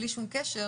בלי שום קשר.